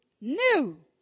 New